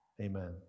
Amen